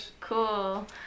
cool